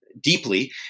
Deeply